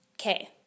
Okay